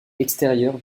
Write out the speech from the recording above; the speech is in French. extérieure